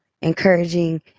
encouraging